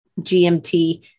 GMT